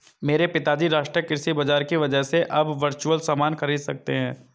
मेरे पिताजी राष्ट्रीय कृषि बाजार की वजह से अब वर्चुअल सामान खरीद सकते हैं